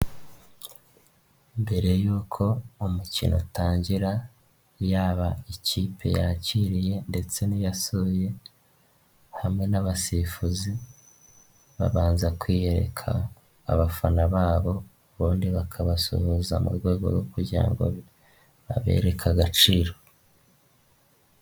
Mbere y'uko umukino atangira yaba ikipe yakiriye ndetse n'iyasuye hamwe n'abasifuzi babanza kwiyereka abafana babo bombi bakabasuhuza mu rwego rwo kugira babereke agaciro.